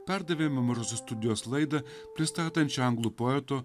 perdavėme mažosios studijos laidą pristatančią anglų poeto